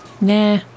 Nah